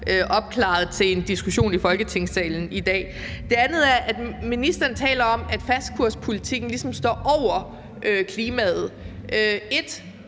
opklaret til en diskussion i Folketingssalen i dag. Det andet er, at ministeren taler om, at fastkurspolitikken ligesom står over klimaet. 1)